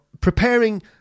preparing